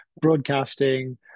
broadcasting